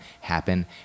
happen